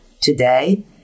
today